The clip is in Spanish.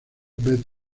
best